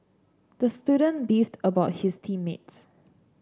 the student beefed about his team mates